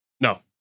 No